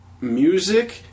music